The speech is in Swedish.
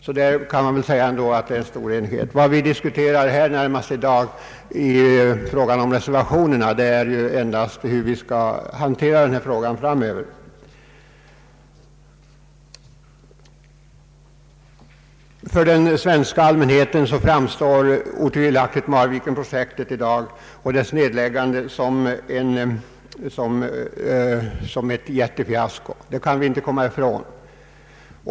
Vad vi nu närmast i reservationerna diskuterar är frågan hur dylika problem skall hanteras framöver. För den svenska allmänheten framstår — otvivelaktigt Marvikenprojektet som ett jättefiasko — det kan vi inte komma ifrån.